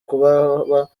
kubaba